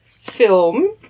film